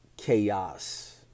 chaos